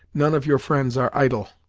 none of your friends are idle.